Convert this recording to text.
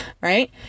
right